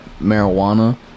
marijuana